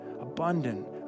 abundant